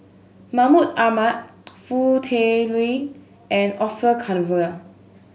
Mahmud Ahmad Foo Tui Liew and Orfeur Cavenagh